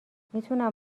میتونم